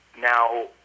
now